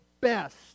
best